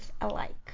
alike